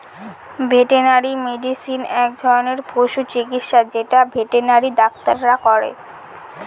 veterinary medicine এক ধরনের পশু চিকিৎসা যেটা ভেটেনারি ডাক্তাররা করে